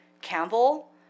Campbell